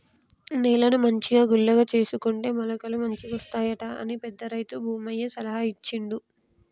నేలను మంచిగా గుల్లగా చేసుకుంటే మొలకలు మంచిగొస్తాయట అని పెద్ద రైతు భూమయ్య సలహా ఇచ్చిండు